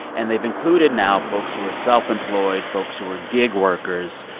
and they've included now folks who are self-employed, folks who are gig workers.